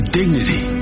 dignity